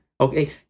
okay